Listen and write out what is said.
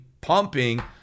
pumping